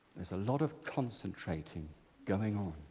there's a lot of concentrating going on.